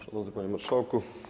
Szanowny Panie Marszałku!